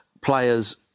players